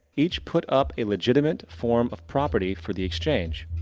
each put up a legitimate form of property for the exchange.